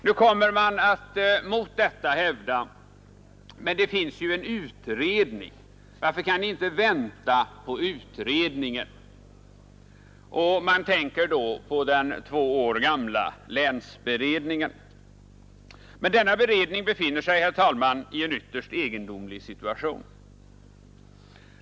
Nu kommer man att mot detta hävda: Men det finns ju en utredning. Varför kan ni inte vänta på utredningen? Och man tänker då på den två år gamla länsberedningen. Men denna beredning befinner sig, herr talman, i en ytterst egendomlig situation.